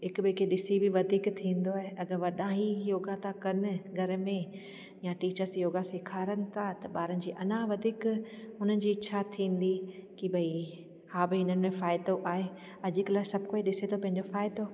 हिक ॿिए खे ॾिसी बि वधीक थींदो आहे अगरि वॾा हीउ योगा था कनि घर में या टीचर्स योगा सेखारीनि था त ॿारनि जी अञा वधीक हुननि जी इच्छा थींदी कि भई हा भई हिननि में फ़ाइदो आहे अॼु कल्ह सभु कोई ॾिसे थो पंहिंजो फ़ाइदो